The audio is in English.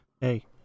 Hey